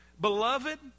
Beloved